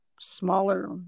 smaller